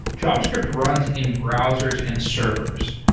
javascript runs in browsers and servers.